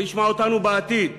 וישמע אותנו בעתיד: